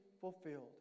fulfilled